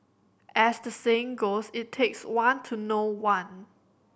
as the saying goes it takes one to know one